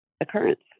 Occurrence